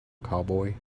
cowboy